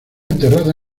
enterrada